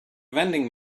vending